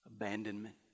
abandonment